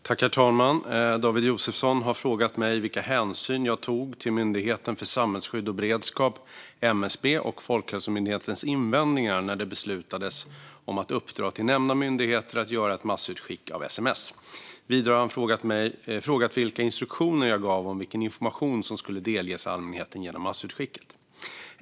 Herr talman! David Josefsson har frågat mig vilka hänsyn jag tog till invändningarna från Myndigheten för samhällsskydd och beredskap, MSB, och Folkhälsomyndigheten när det beslutades om att uppdra till nämnda myndigheter att göra ett massutskick av sms. Vidare har han frågat vilka instruktioner jag gav om vilken information som skulle delges allmänheten genom massutskicket.